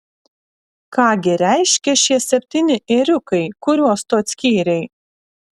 ką gi reiškia šie septyni ėriukai kuriuos tu atskyrei